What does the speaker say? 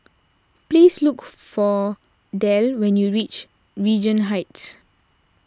please look for Del when you reach Regent Heights